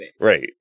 Right